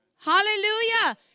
Hallelujah